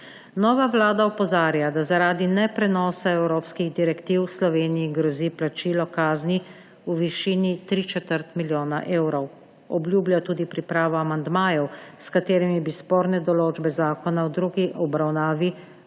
Nova vlada opozarja, da zaradi neprenosa evropskih direktiv Sloveniji grozi plačilo kazni v višini tri četrt milijona evrov. Obljublja tudi pripravo amandmajev, s katerimi bi sporne določbe zakona v drugi obravnavi